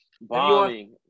Bombing